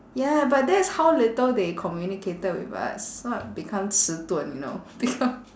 ya but that's how little they communicated with us so I become 迟钝 you know become